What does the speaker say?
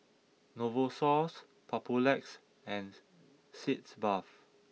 Novosource Papulex and Sitz bath